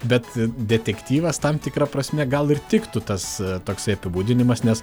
bet detektyvas tam tikra prasme gal ir tiktų tas toksai apibūdinimas nes